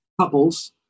couples